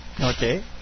Okay